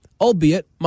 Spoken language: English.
Albeit